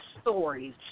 stories